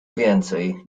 więcej